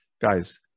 guys